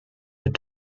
were